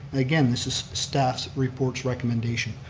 again, this is staff's report's recommendation,